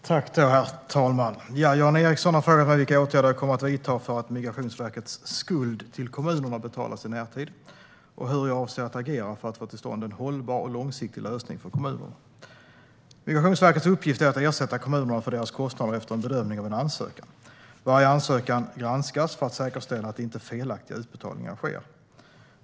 Svar på interpellationer Herr talman! Jan Ericson har frågat mig vilka åtgärder jag kommer att vidta för att Migrationsverkets skuld till kommunerna ska betalas i närtid och hur jag avser att agera för att få till stånd en hållbar och långsiktig lösning för kommunerna. Migrationsverkets uppgift är att ersätta kommunerna för deras kostnader efter en bedömning av en ansökan. Varje ansökan granskas för att det ska säkerställas att inte felaktiga utbetalningar sker.